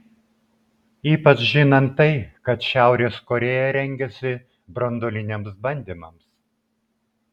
ypač žinant tai kad šiaurės korėja rengiasi branduoliniams bandymams